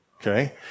okay